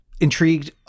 intrigued